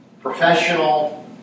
professional